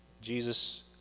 jesus